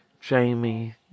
Jamie